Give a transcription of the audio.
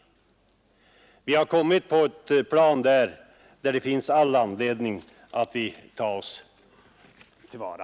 Vi har kommit i en situation där det finns all anledning att vi tar oss till vara.